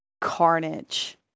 carnage